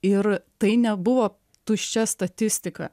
ir tai nebuvo tuščia statistika